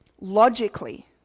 Logically